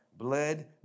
bled